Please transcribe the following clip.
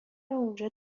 اونجا